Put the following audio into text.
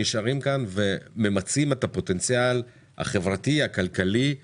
נשארים כאן וממצים את הפוטנציאל החברתי והכלכלי שלהם,